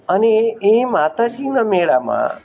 અને એ એ માતાજીના મેળામાં